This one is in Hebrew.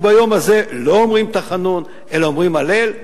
וביום הזה לא אומרים תחנון אלא אומרים הלל?